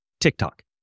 TikTok